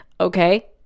Okay